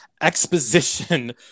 exposition